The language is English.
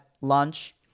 lunch